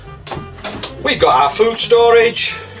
we've got our food storage,